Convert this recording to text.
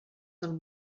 del